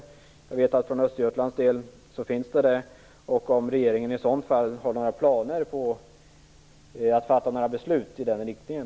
Jag vet att det finns det för Östergötlands del, och jag undrar om regeringen har planer på att fatta några beslut i den riktningen.